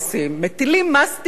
מטילים מס טיפש,